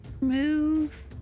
move